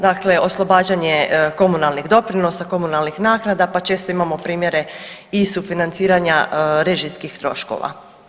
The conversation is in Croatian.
Dakle, oslobađanje komunalnih doprinosa, komunalnih naknada pa često imamo primjere i sufinanciranja režijskih troškova.